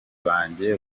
banjye